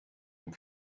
dem